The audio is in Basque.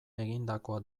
egindakoa